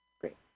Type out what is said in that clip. Great